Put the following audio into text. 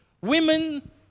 Women